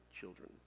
children